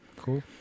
Cool